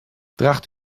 draagt